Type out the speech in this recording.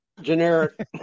Generic